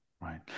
right